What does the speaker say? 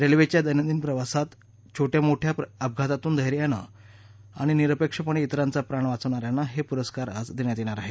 रेल्वेच्या दैनंदिन प्रवासात छोट्या मोठ्या अपघातातून धैर्याने आणि निरपेक्षपणे इतरांचा प्राण वाचवणा यांना हे प्रस्कार आज देण्यात येणार आहेत